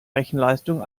rechenleistung